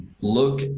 look